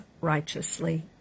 righteously